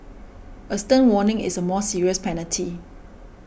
a stern warning is a more serious penalty